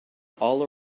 all